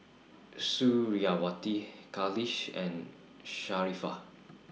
Suriawati Khalish and Sharifah